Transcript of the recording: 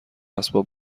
اسباب